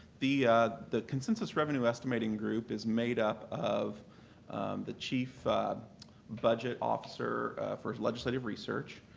the the consensus revenue estimating group is made up of the chief budget officer for legislative research,